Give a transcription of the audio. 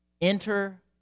Enter